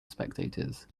spectators